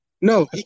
No